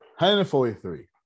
143